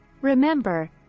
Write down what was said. Remember